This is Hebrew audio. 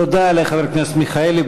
תודה לחבר הכנסת מיכאלי.